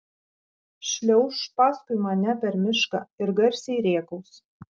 šliauš paskui mane per mišką ir garsiai rėkaus